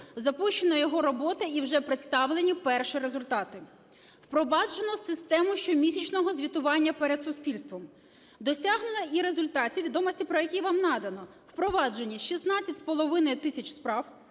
запущена його робота і вже представлені перші результати. Впроваджено систему щомісячного звітування перед суспільством. Досягнуто і результатів, відомості про які вам надано: впроваджені 16,5 тисяч справ,